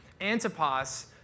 Antipas